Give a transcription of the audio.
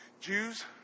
Jews